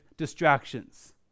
distractions